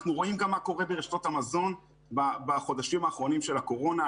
אנחנו רואים גם מה קורה ברשתות המזון בחודשים האחרונים של הקורונה.